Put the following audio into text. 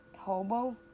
Hobo